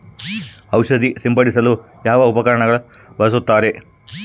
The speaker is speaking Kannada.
ಔಷಧಿ ಸಿಂಪಡಿಸಲು ಯಾವ ಉಪಕರಣ ಬಳಸುತ್ತಾರೆ?